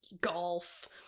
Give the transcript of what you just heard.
golf